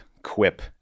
quip